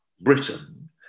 Britain